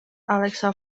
alexa